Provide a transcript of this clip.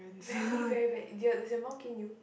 very very bad did your does your mum cane you